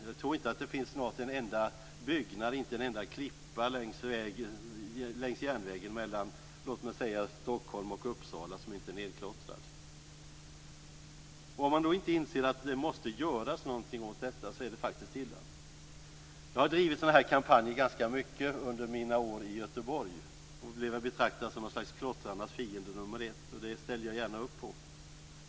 Jag tror snart inte att det finns en enda byggnad eller klippa längs järnvägen mellan låt mig säga Stockholm och Uppsala som inte är nedklottrad. Om vi inte inser att det måste göras något åt detta är det faktiskt illa. Jag har drivit sådana kampanjer ganska ofta under mina år i Göteborg, och blev väl betraktad som något slags klottrarnas fiende nummer ett. Det ställde jag gärna upp på.